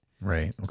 Right